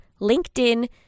LinkedIn